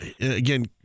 again